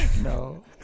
No